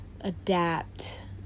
adapt